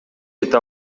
кете